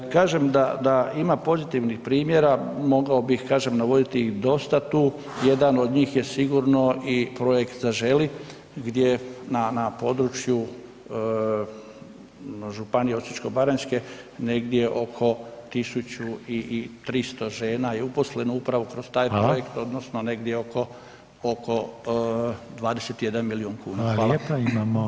Kažem da, da ima pozitivnih primjera, mogao bih kažem navoditi ih dosta tu, jedan od njih je sigurno i projekt „Zaželi“ gdje na, na području županije Osječko-baranjske negdje oko 1300 žena je uposleno upravo kroz taj [[Upadica: Hvala]] projekt odnosno negdje oko, oko 21 milijun kuna.